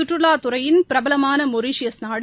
கற்றுலா துறையின் பிரபலமான மொரிஷியஸ் நாடு